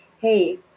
hey